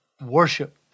worship